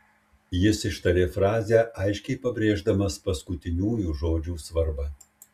jis ištarė frazę aiškiai pabrėždamas paskutiniųjų žodžių svarbą